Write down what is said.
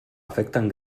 afecten